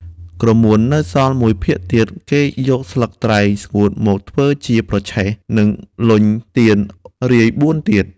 ក្រមួននៅសល់មួយភាគទៀត គេយកស្លឹកត្រែងស្ងួតមកធ្វើជាប្រឆេះ និងលញ់ទៀនរាយបួនទៀត។